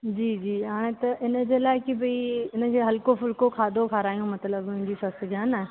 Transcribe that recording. जी जी हाणे त हिन जे लाइ की भाई हिनखे हल्को फ़ुल्को खाधो खारायूं मतलबु मुंहिंजी ससु खे हान